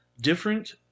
Different